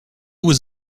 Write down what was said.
was